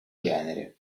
genere